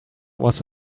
was